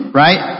right